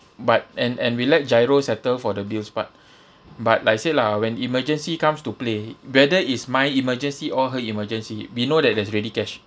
but and and we let giro settle for the bills but but like I said lah when emergency comes to play whether is my emergency or her emergency we know that there's ready cash